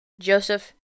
Joseph